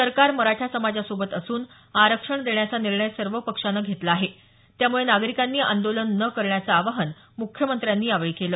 सरकार मराठा समाजासोबत असून आरक्षण देण्याचा निर्णय सर्व पक्षानं घेतला आहे त्यामुळे नागरिकांनी आंदोलन न करण्याचं आवाहन मुख्यमंत्र्यांनी यावेळी केलं